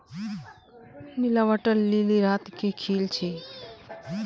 नीला water lily रात के खिल छे